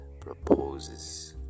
proposes